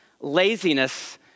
laziness